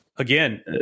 Again